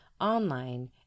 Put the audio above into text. online